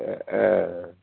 ए ए